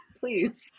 please